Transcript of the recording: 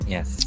Yes